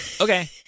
Okay